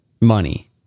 money